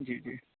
جی جی